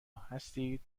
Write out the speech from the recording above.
هستین